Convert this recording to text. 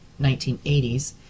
1980s